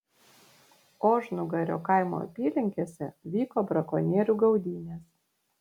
ožnugario kaimo apylinkėse vyko brakonierių gaudynės